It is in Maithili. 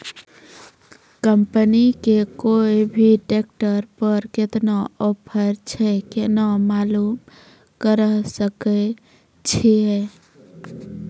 कंपनी के कोय भी ट्रेक्टर पर केतना ऑफर छै केना मालूम करऽ सके छियै?